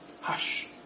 Hush